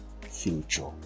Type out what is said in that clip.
future